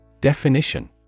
Definition